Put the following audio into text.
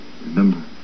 Remember